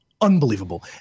unbelievable